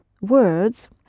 words